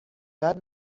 بعد